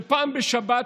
שבשבת,